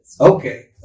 okay